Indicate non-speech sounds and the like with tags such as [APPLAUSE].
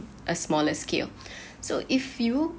a smaller scale [BREATH] so if you